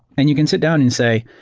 and you can sit down and say,